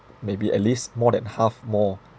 maybe at least more than half more